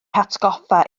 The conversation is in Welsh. hatgoffa